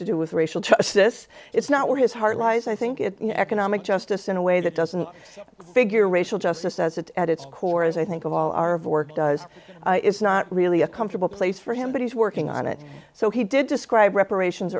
to do with racial justice it's not where his heart lies i think it's economic justice in a way that doesn't figure racial justice as it's at its core as i think of all our of work does it's not really a comfortable place for him but he's working on it so he did describe reparations